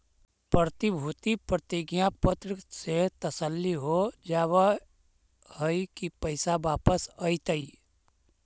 प्रतिभूति प्रतिज्ञा पत्र से तसल्ली हो जावअ हई की पैसा वापस अइतइ